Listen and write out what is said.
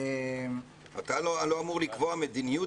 אתה לא אמור לקבוע מדיניות